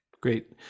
Great